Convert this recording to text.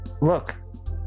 look